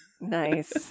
Nice